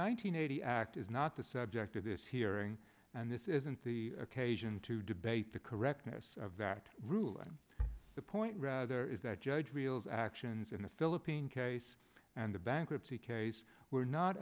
hundred eighty act is not the subject of this hearing and this isn't the occasion to debate the correctness of that ruling the point rather is that judge wheels actions in the philippine case and the bankruptcy case were not